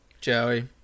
Joey